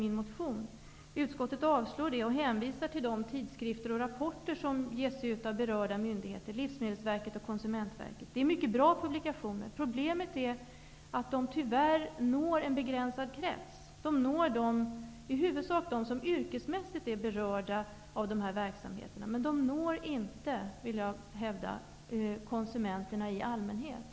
Utskottet avstyrker min begäran och hänvisar till de tidskrifter och rapporter som ges ut av berörda myndigheter, Livsmedelsverket och Konsumentverket. Det är mycket bra publikationer. Problemet är att de tyvärr når en begränsad krets. De når i huvudsak dem som yrkesmässigt är berörda av de här verksamheterna, men de når inte, vill jag hävda, konsumenterna i allmänhet.